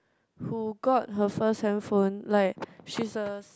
who got her first handphone like she's a s~